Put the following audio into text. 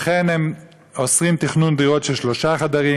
לכן הם אוסרים תכנון דירות של שלושה חדרים,